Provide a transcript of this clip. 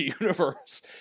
universe